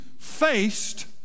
faced